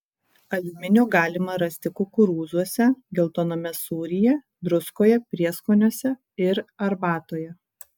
aliuminio galima rasti kukurūzuose geltoname sūryje druskoje prieskoniuose ir arbatoje